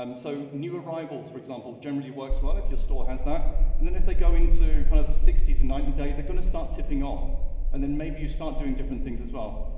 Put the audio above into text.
um so new arrivals for example, generally works well if your store has that and then if they go into kind of sixty to ninety days, they're going to start tipping off and then maybe you start doing different things as well.